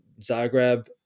Zagreb